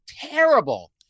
terrible